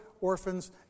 orphans